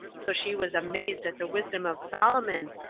so she was amazed at the wisdom of solomon,